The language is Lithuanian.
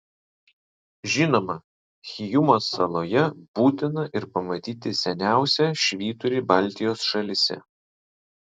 žinoma hyjumos saloje būtina ir pamatyti seniausią švyturį baltijos šalyse